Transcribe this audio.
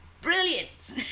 brilliant